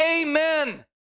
amen